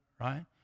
Right